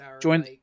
Join